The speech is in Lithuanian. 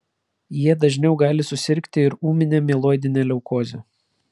jie dažniau gali susirgti ir ūmine mieloidine leukoze